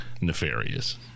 nefarious